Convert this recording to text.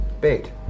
Bait